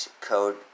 code